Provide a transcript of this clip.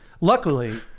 Luckily